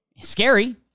scary